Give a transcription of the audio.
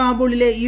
കാബൂിലെ U